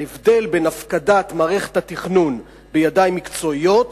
ההבדל בין הפקדת מערכת התכנון בידיים מקצועיות